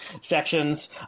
sections